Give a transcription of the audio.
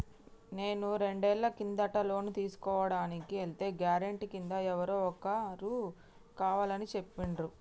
నేను రెండేళ్ల కిందట లోను తీసుకోడానికి ఎల్తే గారెంటీ కింద ఎవరో ఒకరు కావాలని చెప్పిండ్రు